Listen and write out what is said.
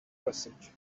passage